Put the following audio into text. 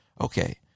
okay